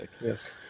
Yes